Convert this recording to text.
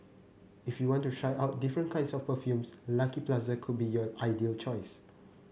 if you want to try out different kinds of perfumes Lucky Plaza could be your ideal choice